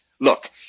Look